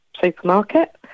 supermarket